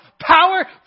power